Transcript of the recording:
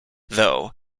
though